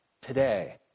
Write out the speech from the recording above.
today